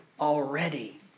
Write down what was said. already